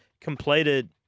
completed